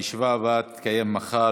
הישיבה הבאה תתקיים מחר,